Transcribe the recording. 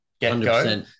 get-go